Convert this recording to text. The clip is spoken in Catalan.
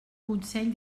consell